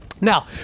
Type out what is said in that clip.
Now